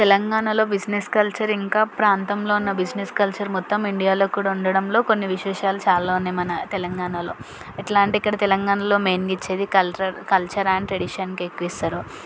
తెలంగాణలో business culture ఇంకా ప్రాంతంలో ఉన్న బిజినెస్ కల్చర్ మొత్తం ఇండియాలో కూడా ఉండడంలో కొన్ని విశేషాలు చాలా ఉన్నాయి మన తెలంగాణలో ఎట్లా అంటే ఇక్కడ తెలంగాణలో మెయిన్గా ఇచ్చేది కల్చర్ కల్చర్ అండ్ ట్రెడిషన్కే ఎక్కువ ఇస్తారు